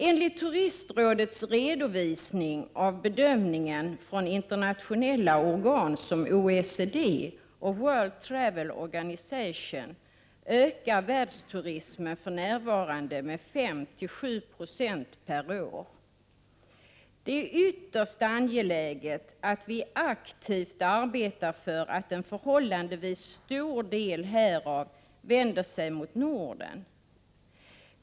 Enligt Turistrådets redovisning av bedömningen från internationella organ som OECD och World Travel Organization ökar världsturismen för närvarande med 5-7 96 per år. Det är ytterst angeläget att vi aktivt arbetar för att en förhållandevis stor del härav vänder sig mot Norden.